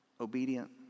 obedient